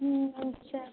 अच्छा